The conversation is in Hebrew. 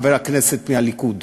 חבר הכנסת מהליכוד,